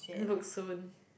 book soon